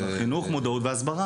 חינוך, מודעות והסברה.